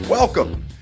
Welcome